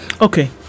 Okay